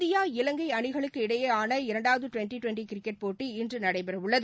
India Ilangai அணிகளுக்கு இடையேயான இரண்டாவது டிவெண்டி டிவெண்டி கிரிக்கெட் போட்டி இன்று நடைபெறவுள்ளது